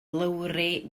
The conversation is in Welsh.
lowri